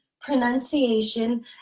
pronunciation